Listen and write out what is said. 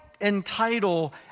entitle